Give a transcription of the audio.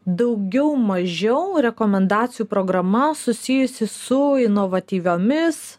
daugiau mažiau rekomendacijų programa susijusi su inovatyviomis